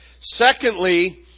Secondly